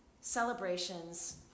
celebrations